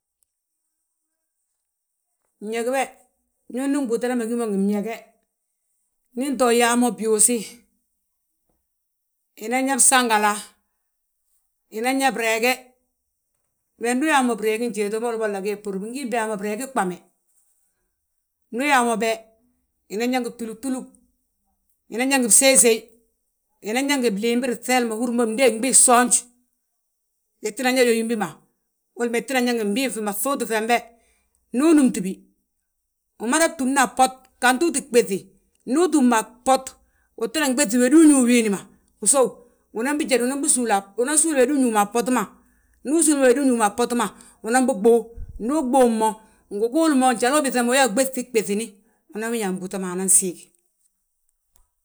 Bñeg be, ño ndi mbúutada ma gí ngi bñeg. Ndi nto yaa mo byuusi, hinan yaa bsangala, unan yaa breege, bari uyaa breegi njete mboli bigolla nge bhúr. Bingi byaa mo breegi ɓame, ndu uyaa mo be, unan yaa ngi túlugtulug, unan yaa ngi bseysey, unan yaa ngi blimbiri ŧeeli ma húrim bo mdéeyi gbii gsoonj. Itinan yaa wédim bi ma. Boli ma itinan yaa ngi fmbii fi ma fŧuuti femuwbe. Ndu unúmtibi, umadab túmna a bbot gantu utuu ɓéŧi, ndu utúm wi a bbot utinan ɓéŧi wédi uñúw diindi ma, usów, unan bijéd unanbi súula, unan súuli wédu uñúw ma a bboti ma. Ndu usúuli wédi uñúw ma a bboti ma, unanbi ɓuw. Ndu uɓuw mo bgi gúul mo njali mo ubiiŧam bo uɓéŧibi ɓéŧni. Unanwi ñaa mbúuta ma anan siigi.